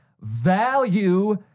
value